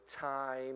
time